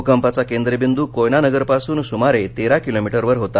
भूकंपाचा केंद्रबिंदू कोयनानगरपासून सुमारे तेरा किलोमीटरवर होता